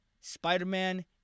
Spider-Man